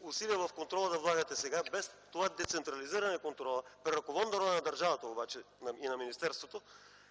усилия в контрола да влагате сега без това децентрализиране на контрола при ръководната роля на държавата обаче и на министерството,